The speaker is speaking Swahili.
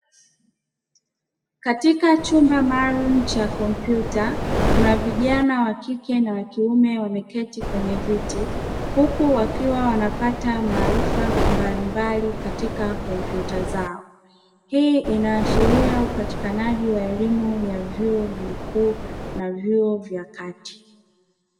Katika chumba maalumu cha kompyuta kuna vijana wakike na wakiume wameketi kwenye viti huku wakiwa wanapata maarifa mbalimbali katika kompyuta zao, hii inaashiria upatikanaji wa elimu ya vyuo vikuu na vyuo vya kati.